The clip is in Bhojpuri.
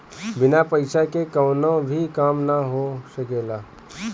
बिना पईसा के कवनो भी काम ना हो सकेला